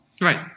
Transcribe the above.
Right